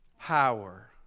Power